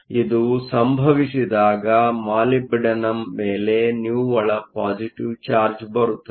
ಆದ್ದರಿಂದ ಇದು ಸಂಭವಿಸಿದಾಗ ಮಾಲಿಬ್ಡಿನಮ್ ಮೇಲೆ ನಿವ್ವಳ ಪಾಸಿಟಿವ್ ಚಾರ್ಜ್ ಬರುತ್ತದೆ